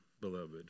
beloved